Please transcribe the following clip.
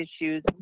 issues